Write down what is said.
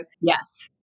yes